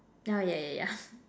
oh yeah yeah yeah